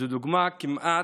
זו דוגמה כמעט,